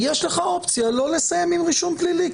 יש לך אופציה לא לסיים עם רישום פלילי,